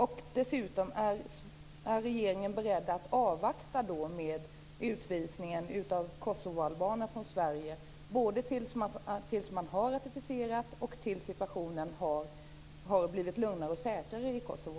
Är regeringen beredd att avvakta med utvisning av kosovoalbaner från Sverige tills man har ratificerat och tills situationen har blivit lugnare och säkrare i Kosovo?